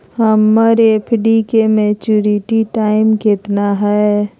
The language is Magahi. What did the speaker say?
हमर एफ.डी के मैच्यूरिटी टाइम कितना है?